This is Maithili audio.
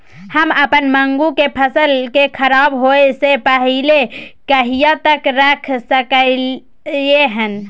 हम अपन मूंग के फसल के खराब होय स पहिले कहिया तक रख सकलिए हन?